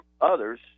others